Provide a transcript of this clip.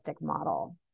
model